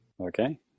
Okay